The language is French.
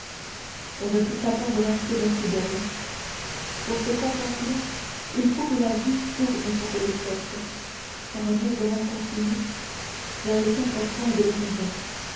on ne peut pas t'embrasser d'un coup d'oeil pour te contempler il faut que la vue tourne son télescope par un mouvement continu vers les quatre points de l'horizon